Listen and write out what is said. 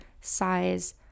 size